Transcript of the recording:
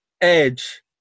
Edge